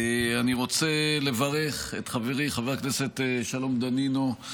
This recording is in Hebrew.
אני רוצה לברך את חברי חבר הכנסת שלום דנינו.